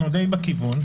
אנחנו די בכיוון.